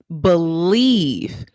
believe